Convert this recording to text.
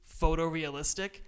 photorealistic